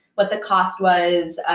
what the cost was,